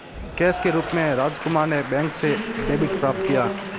cash के रूप में राजकुमार ने बैंक से डेबिट प्राप्त किया